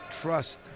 trust